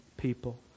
people